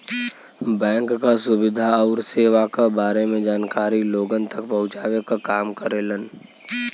bank क सुविधा आउर सेवा क बारे में जानकारी लोगन तक पहुँचावे क काम करेलन